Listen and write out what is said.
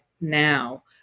now